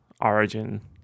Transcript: origin